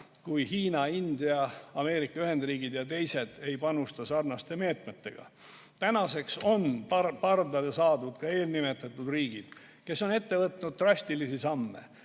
kui Hiina, India, Ameerika Ühendriigid ja teised ei panusta sarnaste meetmetega. Nüüdseks on pardale saadud ka eelnimetatud riigid, kes on ette võtnud drastilisi samme.